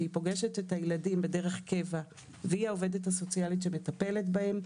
פוגשת את הילדים דרך קבע והיא העובדת הסוציאלית שמטפלת בהם,